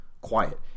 quiet